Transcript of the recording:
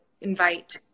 invite